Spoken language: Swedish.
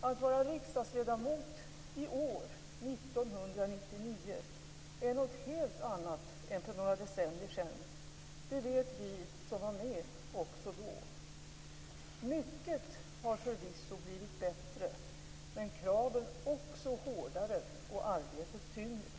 Att vara riksdagsledamot i år 1999 är något helt annat än för några decennier sedan - det vet vi som var med också då. Mycket har förvisso blivit bättre, men kraven också hårdare och arbetet tyngre.